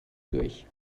durch